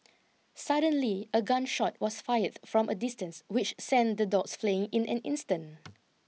suddenly a gun shot was fired from a distance which sent the dogs fleeing in an instant